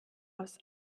aus